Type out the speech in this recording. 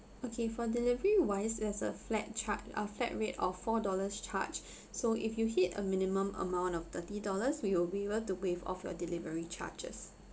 okay for delivery wise there's a flat charge uh flat rate of four dollars charge so if you hit a minimum amount of thirty dollars we will be able to waive off your delivery charges